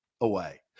away